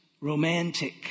romantic